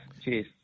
Cheers